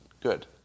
good